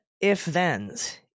if-thens